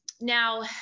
now